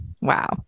Wow